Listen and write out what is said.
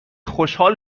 خوشحال